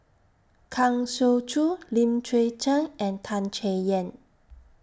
Kang Siong Joo Lim Chwee Chian and Tan Chay Yan